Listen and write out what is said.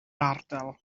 ardal